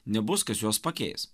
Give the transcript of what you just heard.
nebus kas juos pakeis